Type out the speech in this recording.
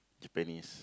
Japanese